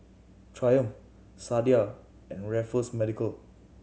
Triumph Sadia and Raffles Medical